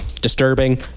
Disturbing